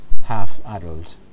half-adult